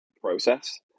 process